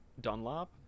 dunlop